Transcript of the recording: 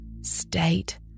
state